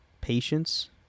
Patience